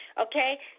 okay